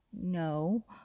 no